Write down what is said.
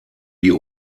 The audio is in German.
die